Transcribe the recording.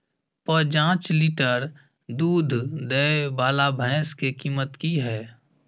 प जॉंच लीटर दूध दैय वाला भैंस के कीमत की हय?